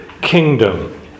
kingdom